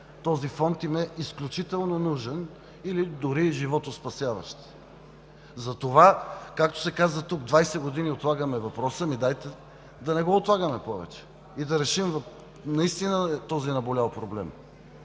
този фонд им е изключително нужен, дори и животоспасяващ. Затова, както се каза тук, 20 години отлагаме въпроса – ами, дайте да не го отлагаме повече и да решим този наболял проблем!